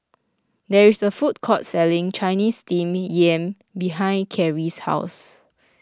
there is a food court selling Chinese Steamed Yam behind Kyrie's house